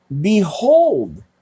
Behold